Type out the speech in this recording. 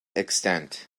extent